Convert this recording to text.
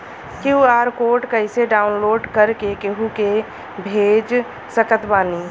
QR code कइसे download कर के केहु के भेज सकत बानी?